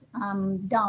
down